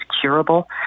curable